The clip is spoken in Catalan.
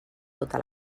tota